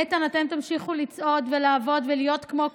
איתן, אתם תמשיכו לצעוד ולעבוד ולהיות כמו כולנו,